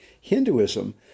Hinduism